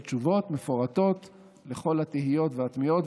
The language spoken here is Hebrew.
תשובות מפורטות על כל התהיות והתמיהות.